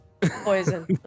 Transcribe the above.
poison